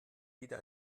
wieder